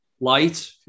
Light